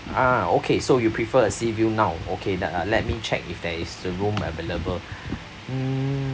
ah okay so you prefer a sea view now okay let let me check if there is the room available hmm